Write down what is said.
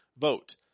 vote